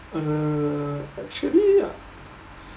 uh actually ah